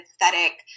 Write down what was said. aesthetic